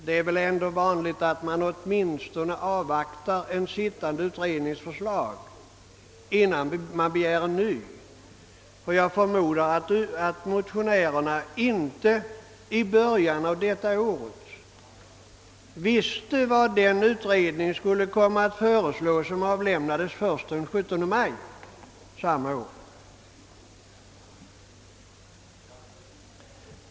Det är väl ändå vanligt att man åtminstone avvaktar en sittande utrednings förslag, innan man begär ny utredning. Jag antar att motionärerna i början av detta år inte visste vad det förslag skulle innebära som avgavs först den 17 maj samma år.